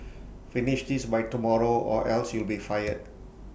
finish this by tomorrow or else you'll be fired